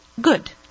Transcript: good